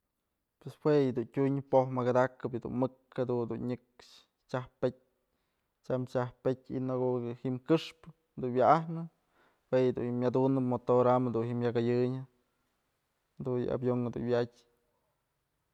Pues jue yë dun tyun poj mëkëdakëp yëdun mëk jadun dun nyëkxë chyajpetyë tyam chyajpetyë y në ko'o dun ji'im këxpë dun wa'ajnë jue yëdun myadunëp motor am dun ji'im jyak jayënyë jadun yë avion dun wa'atyë.